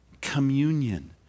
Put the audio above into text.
communion